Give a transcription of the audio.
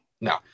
No